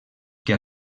que